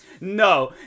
no